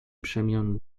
przemian